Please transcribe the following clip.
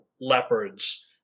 leopards